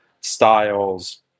styles